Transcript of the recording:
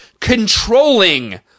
controlling